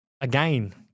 Again